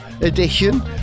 edition